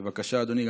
בבקשה, אדוני.